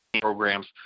programs